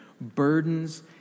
burdens